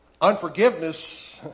Unforgiveness